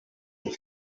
pour